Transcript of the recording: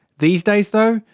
these days, though,